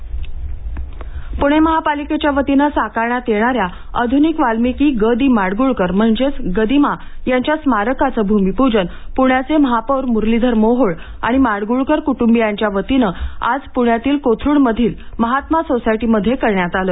गदिमा स्मारक पुणे महानगरपालिकेच्या वतीने साकरण्यात येणाऱ्या अध्निक वाल्मिकी ग दि माडगूळकर म्हणजेच गदिमा यांच्या स्मारकाचं भूमीपूजन पुण्याचे महापौर मुरलीधर मोहोळ आणि माडगूळकर कुटुंबियांच्या वतीने आज प्रण्यातील कोथरूडमधील महात्मा सोसायटीमध्ये करण्यात आले